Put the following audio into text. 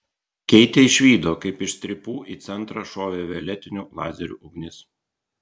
keitė išvydo kaip iš strypų į centrą šovė violetinių lazerių ugnis